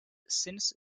since